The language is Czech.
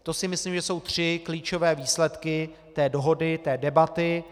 To si myslím, že jsou tři klíčové výsledky dohody, té debaty.